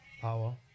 Power